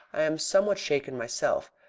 i am somewhat shaken myself.